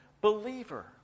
believer